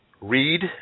read